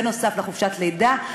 בנוסף לחופשת לידה.